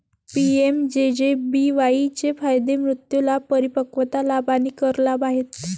PMJJBY चे फायदे मृत्यू लाभ, परिपक्वता लाभ आणि कर लाभ आहेत